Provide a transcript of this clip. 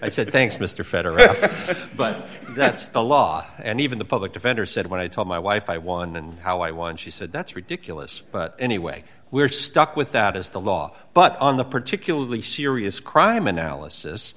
i said thanks mr federal but that's the law and even the public defender said when i told my wife i won and how i want she said that's ridiculous but anyway we're stuck with that as the law but on the particularly serious crime analysis